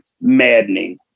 maddening